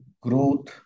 growth